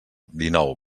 dinou